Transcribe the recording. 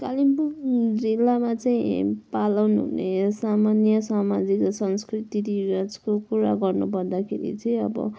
कालिम्पोङ जिल्लामा चाहिँ पालन हुने सामान्य सामाजिक संस्कृति रिवाजको कुरा गर्नु पर्दाखेरि चाहिँ अब